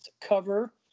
cover